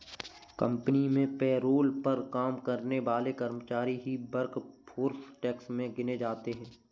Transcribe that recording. company में payroll पर काम करने वाले कर्मचारी ही वर्कफोर्स टैक्स में गिने जाते है